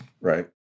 right